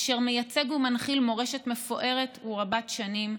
אשר מייצג ומנחיל מורשת מפוארת ורבת-שנים,